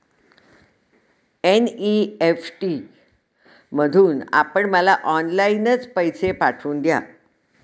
NEFT मधून आपण मला ऑनलाईनच पैसे पाठवून द्या